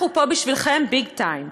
אנחנו פה בשבילכם ביג-טיים.